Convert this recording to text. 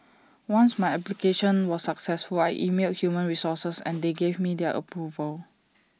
once my application was successful I emailed human resources and they gave me their approval